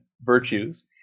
Virtues